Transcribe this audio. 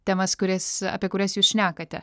temas kurias apie kurias jūs šnekate